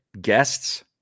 guests